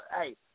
hey